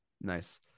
nice